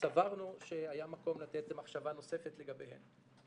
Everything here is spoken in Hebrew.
שסברנו שהיה מקום לתת מחשבה נוספת לגביהן.